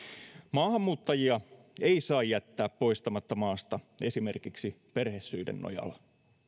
maahanmuuttajia ei saa jättää poistamatta maasta esimerkiksi perhesyiden nojalla arvoisa